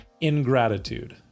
ingratitude